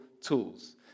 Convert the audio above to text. tools